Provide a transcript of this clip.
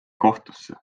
kohtusse